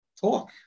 talk